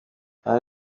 aha